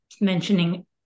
mentioning